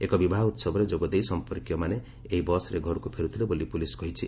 ଏକ ବିବାହ ଉତ୍ସବରେ ଯୋଗଦେଇ ସଂପର୍କୀୟମାନେ ଏହି ବସ୍ରେ ଘରକୁ ଫେରୁଥିଲେ ବୋଲି ପୁଲିସ୍ କହିଛି